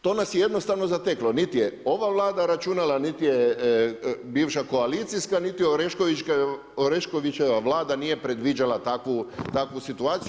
To nas je jednostavno zateklo niti je ova Vlada računala, niti je bivša koalicijska, niti je Oreškovićeva Vlada nije predviđala takvu situaciju.